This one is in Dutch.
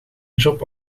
job